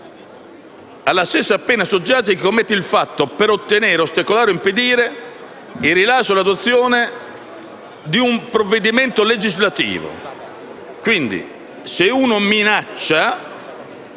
alla stessa pena soggiace chi commette il fatto per ottenere, ostacolare o impedire il rilascio o l'adozione di un provvedimento legislativo. Mi chiedo quindi